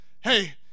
hey